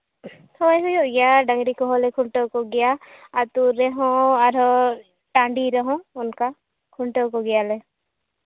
ᱦᱳᱭ ᱦᱩᱭᱩᱜ ᱜᱮᱭᱟ ᱰᱟᱹᱝᱨᱤ ᱠᱚᱦᱚᱸ ᱞᱮ ᱠᱷᱩᱱᱴᱟᱹᱣ ᱠᱚᱜᱮᱭᱟ ᱟᱹᱛᱩ ᱨᱮᱦᱚᱸ ᱟᱨᱦᱚᱸ ᱴᱟᱺᱰᱤ ᱨᱮᱦᱚᱸ ᱚᱱᱠᱟ ᱠᱷᱩᱱᱴᱟᱹᱣ ᱠᱚᱜᱮᱭᱟᱞᱮ